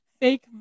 fake